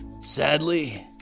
Sadly